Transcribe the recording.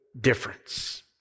difference